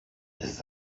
his